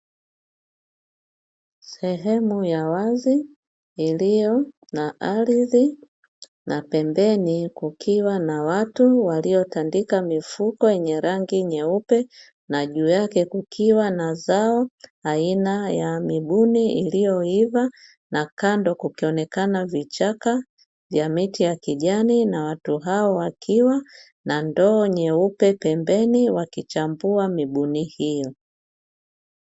Sehemu ya wazi iliyo na ardhi na pembeni kukiwa na watu waliotandika mifuko yenye rangi nyeupe, na juu yake kukiwa na zao aina ya mibuni iliyoiva na kando kukionekana na vichaka ya miti ya kijani, na watu hawa wakiwa na ndoo nyeupe pembeni wakichambua mibuni hiyo.